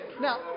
now